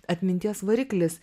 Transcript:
atminties variklis